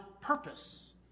purpose